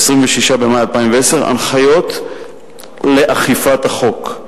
הנחיות לאכיפת החוק.